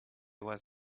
was